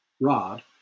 rod